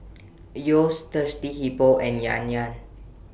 Yeo's Thirsty Hippo and Yan Yan